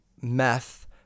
meth